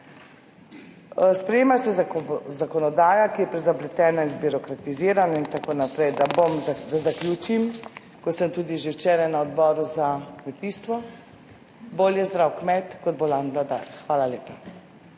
Sprejema se zakonodaja, ki je prezapletena in zbirokratizirana in tako naprej, da zaključim. Kot sem tudi že včeraj na Odboru za kmetijstvo, bolje zdrav kmet kot bolan vladar. Hvala lepa.